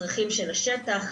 הצרכים של השטח,